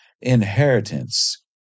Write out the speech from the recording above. inheritance